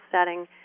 setting